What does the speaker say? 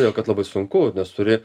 todėl kad labai sunku nes turi